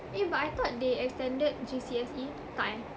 eh but I thought they extended G_C_S_E tak eh